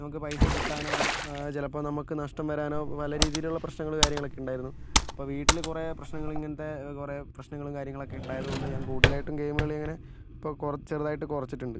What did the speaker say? നമുക്ക് പൈസ കിട്ടാനോ ചിലപ്പോൾ നമ്മൾക്ക് നഷ്ടം വരാനോ പല രീതിയിലുള്ള പ്രശ്നങ്ങൾ കാര്യങ്ങളൊക്കെ ഉണ്ടാരുന്നു ഇപ്പോൾ വീട്ടിൽ കുറേ പ്രശ്നങ്ങൾ ഇങ്ങനത്തെ കുറേ പ്രശ്നങ്ങളും കാര്യങ്ങളൊക്കെ ഉണ്ടായതുകൊണ്ട് ഞാൻ കൂടുതലായിട്ടും ഗെയിം കളി അങ്ങനെ ഇപ്പോൾ കുറെ ചെറുതായിട്ട് കുറച്ചിട്ടുണ്ട്